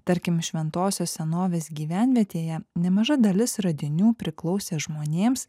tarkim šventosios senovės gyvenvietėje nemaža dalis radinių priklausė žmonėms